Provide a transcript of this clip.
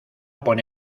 pone